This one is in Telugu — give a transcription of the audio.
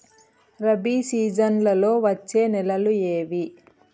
రబి సీజన్లలో వచ్చే నెలలు ఏవి?